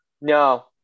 No